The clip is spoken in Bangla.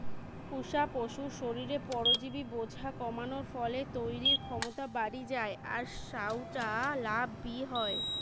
পুশা পশুর শরীরে পরজীবি বোঝা কমানার ফলে তইরির ক্ষমতা বাড়ি যায় আর সউটা লাভ বি হয়